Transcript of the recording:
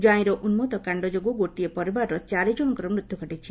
କ୍ୱାଇଁର ଉନ୍କର୍ତ କାଷ ଯୋଗୁଁ ଗୋଟିଏ ପରିବାରର ଚାରିଜଣଙ୍କର ମୃତ୍ଧୁ ଘଟିଛି